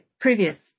previous